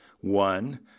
One